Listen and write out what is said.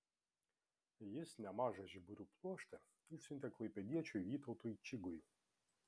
jis nemažą žiburių pluoštą išsiuntė klaipėdiečiui vytautui čigui